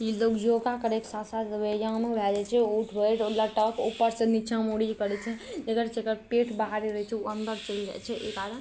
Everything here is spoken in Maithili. लोग योगा करैक साथ साथ व्यायामो भए जाइ छै उठ बैठ आओर लटक ऊपरसँ नीचाँ मुड़ी करै छै जेकर सभके पेट बाहर रहै छै ओ अन्दर चलि जाइ छै एहि कारण